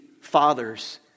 fathers